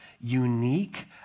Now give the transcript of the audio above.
unique